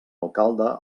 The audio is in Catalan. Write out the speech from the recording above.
alcalde